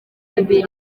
bibiri